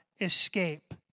escape